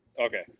okay